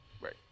Right